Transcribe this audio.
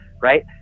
right